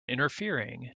interfering